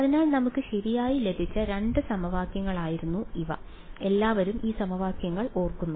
അതിനാൽ നമുക്ക് ശരിയായി ലഭിച്ച രണ്ട് സമവാക്യങ്ങളായിരുന്നു ഇവ എല്ലാവരും ഈ സമവാക്യങ്ങൾ ഓർക്കുന്നു